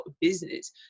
business